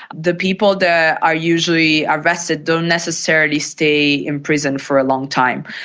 the people that are usually arrested don't necessarily stay in prison for a long time.